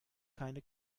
keine